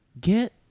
get